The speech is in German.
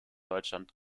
deutschland